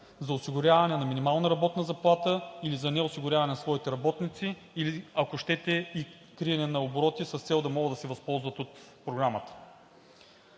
за осигуряване на минимална работна заплата или за неосигуряване на своите работници, или ако щете и криене на обороти, с цел да могат да се възползват от Програмата.